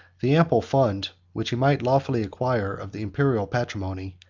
the ample fund, which he might lawfully acquire, of the imperial patrimony,